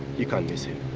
you can't miss him.